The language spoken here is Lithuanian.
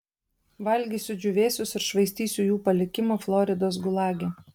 valgysiu džiūvėsius ir švaistysiu jų palikimą floridos gulage